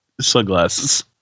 sunglasses